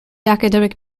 academic